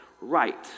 right